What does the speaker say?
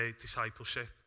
discipleship